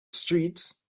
streets